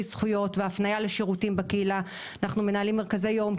זכויות והפניה לשירותים בקהילה; אנחנו מנהלים מרכזי יום עם